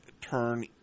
turn